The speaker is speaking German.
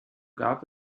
gab